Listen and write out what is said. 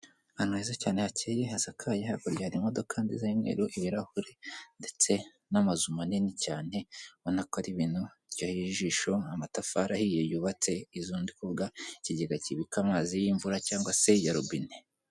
Ahantu heza cyane hakeye hasakaye, hakurya hari imodoka nziza y'umweru, ibirahuri ndetse n'amazu manini cyane ubona ko ari ibintu biryoheye ijisho, amatafari ahiye yubatse, izo ndi kuvuga, ikigega kibika amazi y'imvura cyangwa se ya robine.